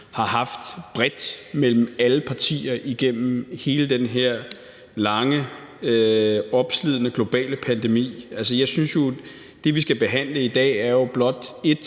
har haft bredt mellem alle partier igennem hele den her lange opslidende globale pandemi. Jeg synes jo, at det, vi skal behandle i dag, blot er